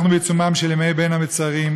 אנחנו בעיצומם של ימי בין המצרים,